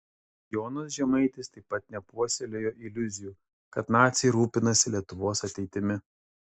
jonas žemaitis taip pat nepuoselėjo iliuzijų kad naciai rūpinasi lietuvos ateitimi